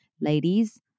Ladies